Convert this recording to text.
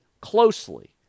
closely